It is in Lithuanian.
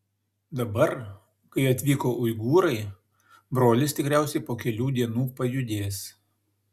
dabar kai atvyko uigūrai brolis tikriausiai po kelių dienų pajudės